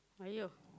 !aiyo!